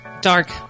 Dark